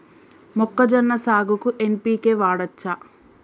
మొక్కజొన్న సాగుకు ఎన్.పి.కే వాడచ్చా?